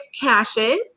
caches